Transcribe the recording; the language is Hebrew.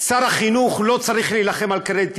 שר החינוך לא צריך להילחם על קרדיט,